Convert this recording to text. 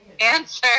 Answer